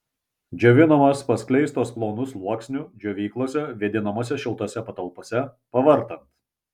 džiovinamos paskleistos plonu sluoksniu džiovyklose vėdinamose šiltose patalpose pavartant